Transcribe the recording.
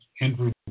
Andrew